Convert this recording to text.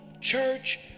church